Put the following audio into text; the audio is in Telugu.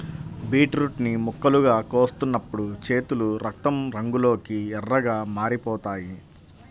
బీట్రూట్ ని ముక్కలుగా కోస్తున్నప్పుడు చేతులు రక్తం రంగులోకి ఎర్రగా మారిపోతాయి